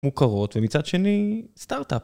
מוכרות, ומצד שני, סטארט-אפ